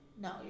No